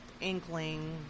inkling